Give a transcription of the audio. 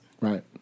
Right